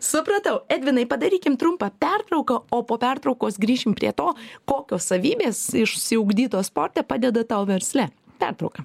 supratau edvinai padarykim trumpą pertrauką o po pertraukos grįšim prie to kokios savybės išsiugdytos sporte padeda tau versle pertrauka